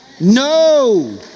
No